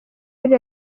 muri